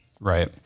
right